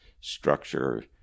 structure